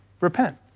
repent